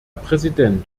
präsident